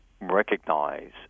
recognize